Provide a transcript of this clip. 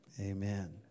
Amen